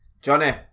Johnny